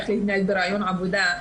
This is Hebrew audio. איך להתנהל בראיון עבודה,